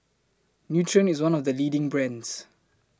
Nutren IS one of The leading brands